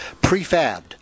Prefabbed